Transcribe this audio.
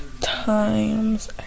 Times